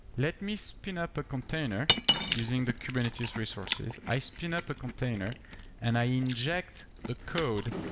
let me spin up a container using the kubernetes resources. i spin up a container and i inject the code,